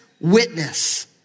witness